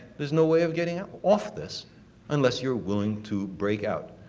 there is no way of getting out off this unless you are willing to break out.